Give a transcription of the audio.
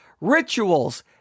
rituals